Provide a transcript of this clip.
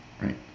right